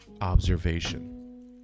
observation